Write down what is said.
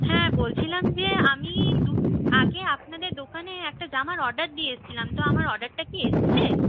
হ্যাঁ বলছিলাম যে আমি দুদিন আগে আপনাদের দোকানে একটা জামার অর্ডার দিয়ে এসেছিলাম তো আমার অর্ডারটা কি এসেছে